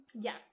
Yes